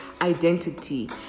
identity